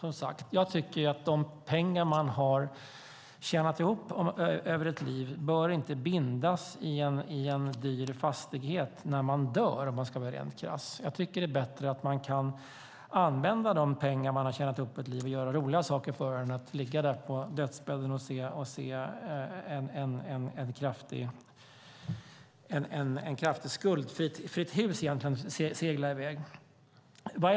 Om jag ska vara krass tycker jag som sagt inte att de pengar man har tjänat ihop under ett liv bör bindas i en dyr fastighet när man dör. Jag tycker att det är bättre att använda de pengar man har tjänat ihop under ett liv och göra roliga saker för dem än att ligga där på dödsbädden och se ett skuldfritt hus segla i väg.